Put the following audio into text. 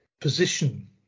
position